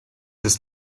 ist